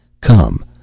Come